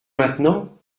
maintenant